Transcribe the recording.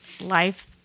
life